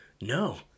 No